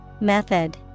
Method